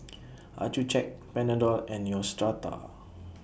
Accucheck Panadol and Neostrata